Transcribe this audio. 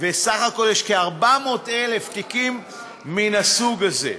ובסך הכול יש כ-400,000 תיקים מהסוג הזה.